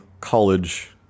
college